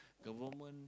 the woman